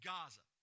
Gaza